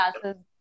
classes